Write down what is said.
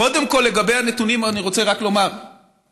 קודם כול אני רוצה רק לומר לגבי הנתונים עצמם.